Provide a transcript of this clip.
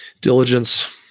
Diligence